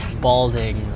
balding